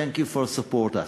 thank you for supporting us.